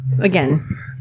again